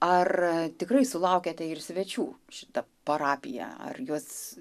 ar tikrai sulaukiate ir svečių šita parapija ar juos